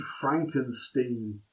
Frankenstein